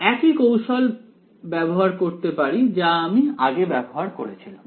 একই কৌশল ব্যবহার করতে পারি যা আমি আগে ব্যবহার করেছিলাম